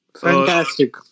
Fantastic